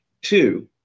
Two